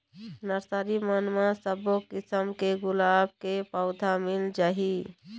nursery मन म सब्बो किसम के गुलाब के पउधा मिल जाही